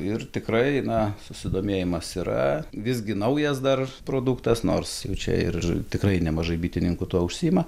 ir tikrai na susidomėjimas yra visgi naujas dar produktas nors jau čia ir tikrai nemažai bitininkų tuo užsiima